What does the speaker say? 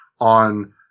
on